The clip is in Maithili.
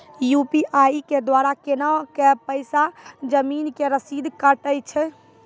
यु.पी.आई के द्वारा केना कऽ पैसा जमीन के रसीद कटैय छै?